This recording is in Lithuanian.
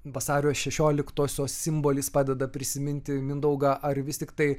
vasario šešioliktosios simbolis padeda prisiminti mindaugą ar vis tiktai